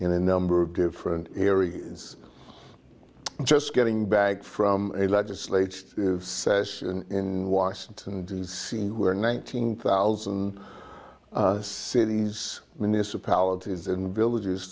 in a number of different areas just getting back from a legislative session in washington d c where nine hundred thousand cities municipalities and villages